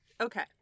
Okay